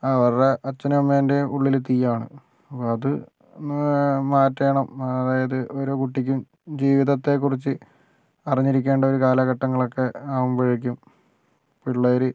അവരുടെ അച്ഛനും അമ്മെൻ്റെയും ഉള്ളിലും തീയാണ് അത് മാറ്റണം അതായത് ഒരു കുട്ടിക്കും ജീവിതത്തെ കുറിച്ച് അറിഞ്ഞിരിക്കേണ്ട ഒരു കാലഘട്ടങ്ങളൊക്കെ ആകുമ്പോഴേക്കും പിള്ളേര്